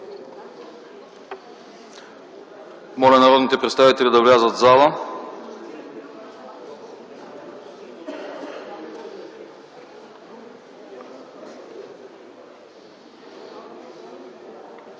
Моля народните представители да влязат в залата.